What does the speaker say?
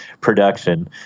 production